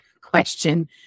question